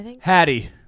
hattie